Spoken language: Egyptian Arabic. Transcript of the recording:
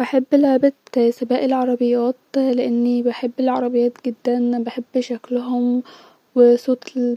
القطط والكلاب لانها كائنات جدا وفيه-مشاعرها صادقه حدا من نحيتك لما بتقي فرحان بتبقي